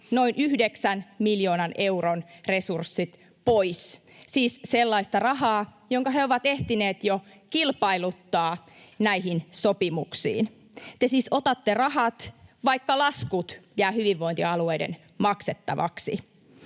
noin 9 miljoonan euron resurssit pois, siis sellaista rahaa, jonka he ovat ehtineet jo kilpailuttaa näihin sopimuksiin. Te siis otatte rahat, vaikka laskut jäävät hyvinvointialueiden maksettavaksi.